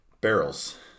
barrels